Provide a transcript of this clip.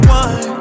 one